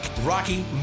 Rocky